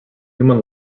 human